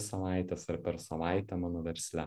savaites ar per savaitę mano versle